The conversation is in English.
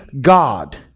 god